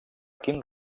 quin